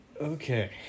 Okay